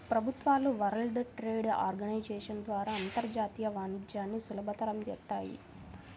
ప్రభుత్వాలు World Trade Organization ద్వారా అంతర్జాతీయ వాణిజ్యాన్ని సులభతరం చేత్తాయి